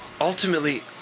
Ultimately